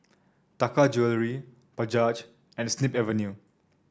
Taka Jewelry Bajaj and Snip Avenue